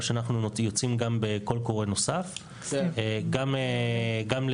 והשנה אנחנו יוצאים גם בקול קורא נוסף גם לבחירת